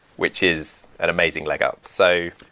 which is an amazing leg-out. so